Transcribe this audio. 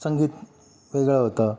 संगीत वेगळं होतं